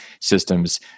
systems